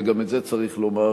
וגם את זה צריך לומר,